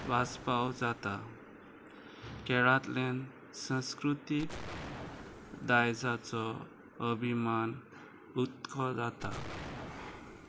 वाचपाव जाता केळांतल्यान संस्कृतीक दायजाचो अभिमान उतखो जाता